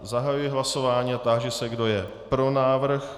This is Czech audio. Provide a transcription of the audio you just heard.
Zahajuji hlasování a ptám se, kdo je pro návrh.